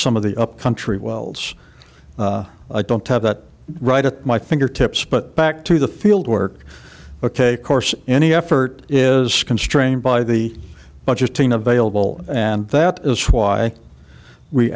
some of the upcountry wells i don't have that right at my fingertips but back to the field work ok course any effort is constrained by the budgeting available and that is why we